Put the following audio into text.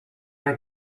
are